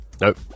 Nope